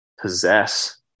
possess